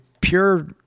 pure